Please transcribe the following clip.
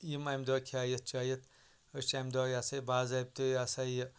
یِم اَمہِ دۄہ کھیٚیِتھ چیٚیِتھ أسۍ چھِ اَمہِ دۄہ یہِ ہَسا باضٲبطہٕ یہِ ہَسا یہِ